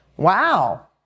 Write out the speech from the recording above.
Wow